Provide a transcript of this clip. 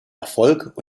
erfolg